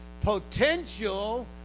potential